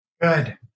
Good